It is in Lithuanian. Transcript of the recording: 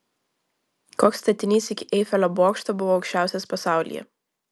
koks statinys iki eifelio bokšto buvo aukščiausias pasaulyje